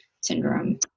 syndrome